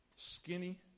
skinny